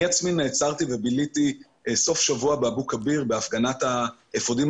אני עצמי נעצרתי וביליתי סוף שבוע באבו כביר בהפגנת האפודים